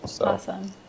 Awesome